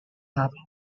happen